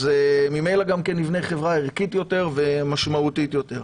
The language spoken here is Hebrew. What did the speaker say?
אז ממילא נבנה חברה ערכית ומשמעותית יותר.